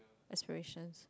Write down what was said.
expressions